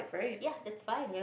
ya that's five